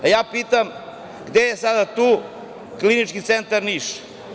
Pitam - gde je sada tu Klinički centar Niš?